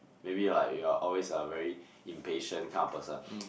maybe like you're always a very impatient kind of person